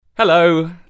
Hello